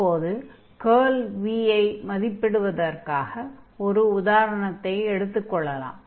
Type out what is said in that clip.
இப்போது curl v ஐ மதிப்பிடுவதற்காக ஒர் உதாரணத்தை எடுத்துக் கொள்ளலாம்